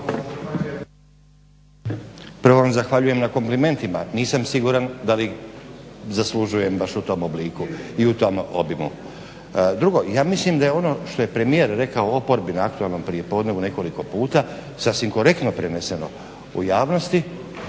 Prvo vam zahvaljujem na komplimentima. Nisam siguran da li zaslužujem baš u tom obliku i u tom obimu. Drugo ja mislim da je ono što je premijer u oporbi na aktualnom prijepodnevnu nekoliko puta sa sinkorektno preneseno u javnosti